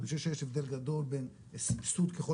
אני חושב שיש הבדל גדול בין ציטוט ככל